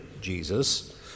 Jesus